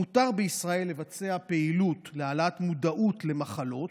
מותר בישראל לבצע פעילות להעלאת מודעות למחלות,